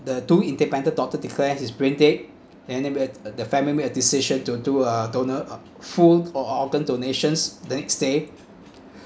the two independent doctor declares his brain dead and the uh the family made a decision to do a donor uh full o~ organ donations the next day